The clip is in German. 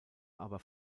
aber